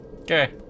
Okay